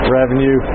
revenue